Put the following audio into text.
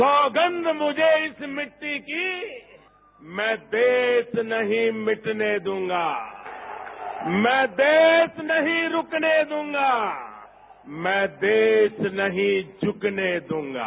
सौगंध मुझे इस मिट्टी की मैं देश नहीं मिटने दूंगा मैं देश नहीं रूकने दूंगा मैं देश नहीं झुकने दूंगा